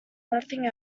nothing